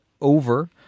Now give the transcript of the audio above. over